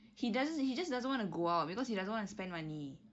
he doesn't he just doesn't want to go out because he doesn't want to spend money